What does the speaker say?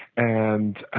and,